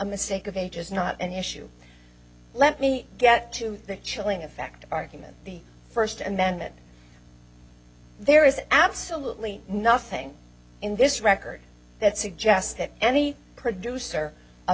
mistake of age is not an issue let me get to the chilling effect of argument the first and then it there is absolutely nothing in this record that suggests that any producer of